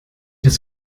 das